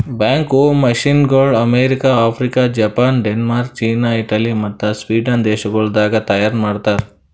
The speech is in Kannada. ಬ್ಯಾಕ್ ಹೋ ಮಷೀನಗೊಳ್ America, Africa, Japan, Denmark, China, Italy ಮತ್ತ ಸ್ವೀಡನ್ ದೇಶಗೊಳ್ದಾಗ್ ತೈಯಾರ್ ಮಾಡ್ತಾರ್